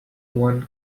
one